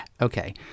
okay